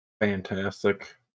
fantastic